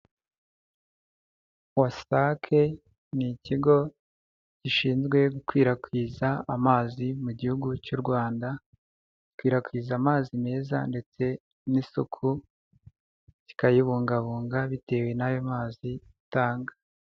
Wasake n'ikigo gishinzwe gukwirakwiza amazi mu gihugu cyu Rwanda gikwirakwiza amazi meza ndetse n'isuku kikayibungabunga bitewe n'ayo mazi itanga.